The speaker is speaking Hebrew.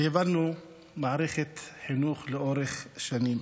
והבנו מערכת חינוך לאורך שנים.